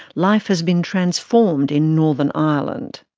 life has been transformed in northern ireland.